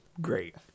Great